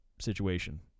situation